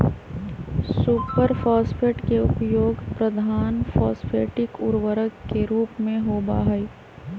super phosphate के उपयोग प्रधान फॉस्फेटिक उर्वरक के रूप में होबा हई